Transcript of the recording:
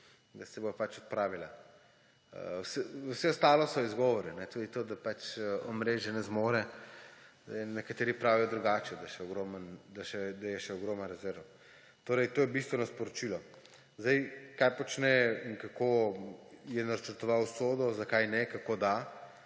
tisoč pač odpravila. Vse ostalo so izgovori; tudi to, da omrežje ne zmore. Nekateri pravijo drugače, da je še ogromno rezerv. Torej, to je bistveno sporočilo. Kaj počne in kako je načrtoval SODO, zakaj ne, kako da,